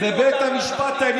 בין היתר.